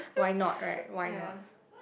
why not right why not